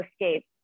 escape